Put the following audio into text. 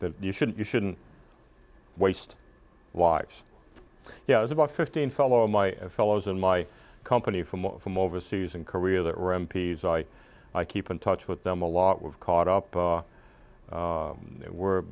that you shouldn't you shouldn't waste lives yeah i was about fifteen fellow my fellows in my company from from overseas in korea their m p s i i keep in touch with them a lot we've caught up and we're